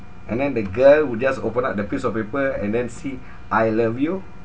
and then the girl would just open up the piece of paper and then see I love you